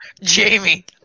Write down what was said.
Jamie